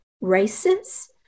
races